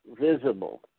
visible